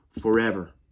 forever